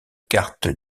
carte